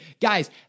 guys